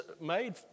made